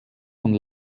von